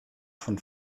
von